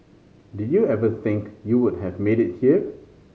did you ever think you would have made it here